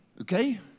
Okay